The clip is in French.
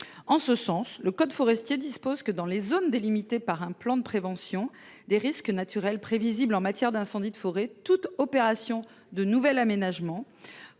en ce sens le code forestier dispose que dans les zones délimitées par un plan de prévention des risques naturels prévisibles en matière d'incendie de forêt toute opération de nouvel aménagement.